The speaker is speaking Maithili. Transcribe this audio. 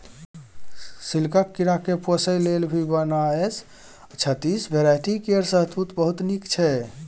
सिल्कक कीराकेँ पोसय लेल भी वन आ एस छत्तीस भेराइटी केर शहतुत बहुत नीक छै